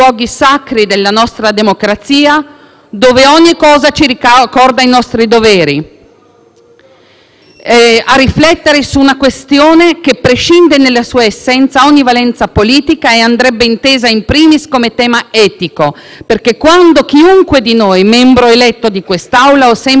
a riflettere su una questione che prescinde nella sua essenza da ogni valenza politica e andrebbe intesa *in primis* come tema etico, perché quando chiunque di noi, membro eletto di quest'Aula o semplice cittadino, non considera più quale bene supremo il rispetto dell'uomo e la vita dei